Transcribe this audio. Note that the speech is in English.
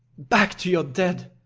back to your dead!